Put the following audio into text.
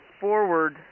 forward